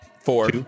four